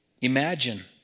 Imagine